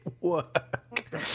work